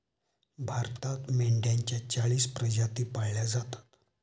भारतात मेंढ्यांच्या चाळीस प्रजाती पाळल्या जातात